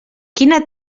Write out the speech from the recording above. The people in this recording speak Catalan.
quina